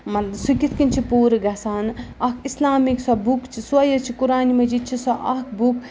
مان سُہ کِتھ کٔنۍ چھِ پوٗرٕ گژھان اَکھ اِسلامِک سۄ بُک چھِ سوے یٲژ قُرآنِ مجیٖد چھےٚ سۄ اَکھ بُک